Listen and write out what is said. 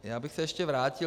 Já bych se ještě vrátil.